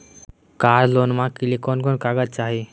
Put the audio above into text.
कार लोनमा के लिय कौन कौन कागज चाही?